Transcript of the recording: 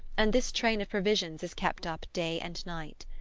and this train of provisions is kept up day and night.